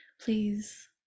please